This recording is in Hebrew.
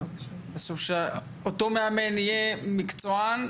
אנחנו רוצים שאותו מאמן יהיה מקצוען,